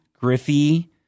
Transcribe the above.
Griffey